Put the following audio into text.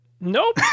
Nope